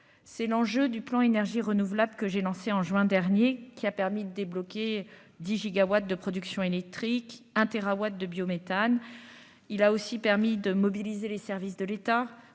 c'est l'enjeu du plan énergies renouvelables que j'ai lancé en juin dernier, qui a permis de débloquer 10 gigawatts de production électrique, hein térawatts de biométhane, il a aussi permis de mobiliser les services de l'État,